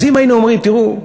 אז אם היינו אומרים: תראו,